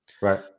Right